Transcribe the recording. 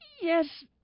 Yes